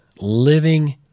living